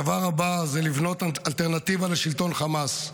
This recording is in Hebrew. הדבר הבא זה לבנות אלטרנטיבה לשלטון חמאס.